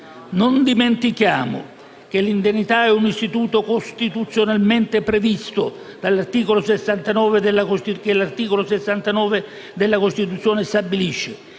Non dimentichiamo che l'indennità è un istituto costituzionalmente previsto: l'articolo 69 della Costituzione stabilisce,